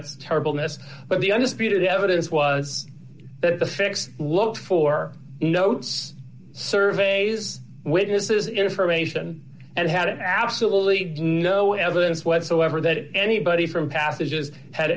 its terrible ness but the undisputed evidence was the facts look for notes surveys witnesses information and had absolutely no evidence whatsoever that anybody from passages had